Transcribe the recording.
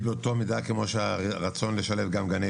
באותה מידה כמו של הרצון לשלב גם גני ילדים?